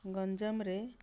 ଗଞ୍ଜାମରେ